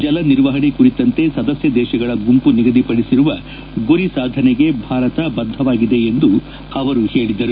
ಜಲ ನಿರ್ವಹಣೆ ಕುರಿತಂತೆ ಸದಸ್ನ ದೇಶಗಳ ಗುಂಪು ನಿಗದಿ ಪಡಿಸಿರುವ ಗುರಿ ಸಾಧನೆಗೆ ಭಾರತ ಬದ್ಗವಾಗಿದೆ ಎಂದು ಅವರು ಹೇಳಿದರು